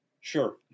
Sure